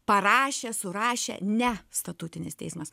parašė surašė ne statutinis teismas